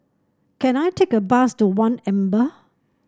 can I take a bus to One Amber